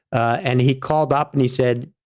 and he called up and he said,